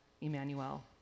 Emmanuel